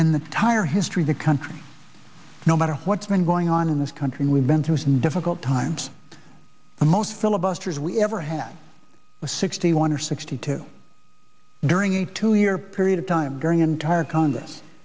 in the tire history the country no matter what's been going on in this country we've been through some difficult times the most filibusters we ever had was sixty one or sixty two during a two year period of time during entire c